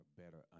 better